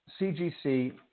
CGC